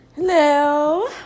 hello